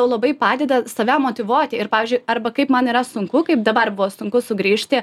labai padeda save motyvuoti ir pavyzdžiui arba kaip man yra sunku kaip dabar buvo sunku sugrįžti